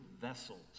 vessels